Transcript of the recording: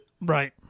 Right